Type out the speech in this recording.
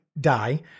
die